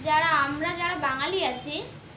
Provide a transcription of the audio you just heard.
যারা আমরা যারা বাঙালি আছি